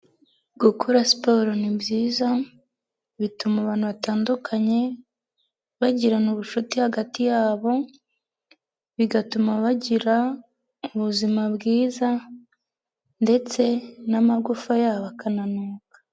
Gukora siporo ni byiza, bituma abantu batandukanye, bagirana ubucuti hagati yabo, bigatuma bagira ubuzima bwiza ndetse n'amagufa yabo akananuka.